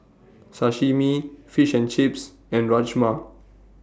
Sashimi Fish and Chips and Rajma